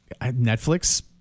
Netflix